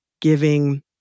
giving